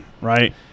right